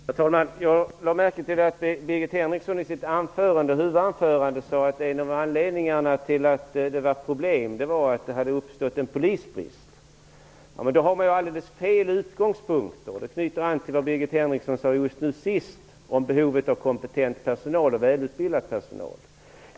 Herr talman! Jag lade märke till att Birgit Henriksson i sitt huvudanförande sade att en av anledningarna till att det var problem var att det hade uppstått en polisbrist. Då har man alldeles fel utgångspunkt, med tanke på vad Birgit Henriksson sade nu senast om behovet av kompetent och välutbildad personal.